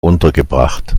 untergebracht